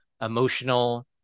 emotional